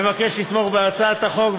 אני מבקש לתמוך בהצעת החוק,